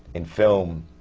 in film,